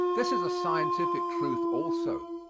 this is a scientific truth also.